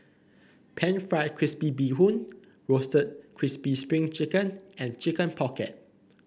pan fried crispy Bee Hoon Roasted Crispy Spring Chicken and Chicken Pocket